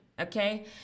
Okay